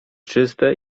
czyste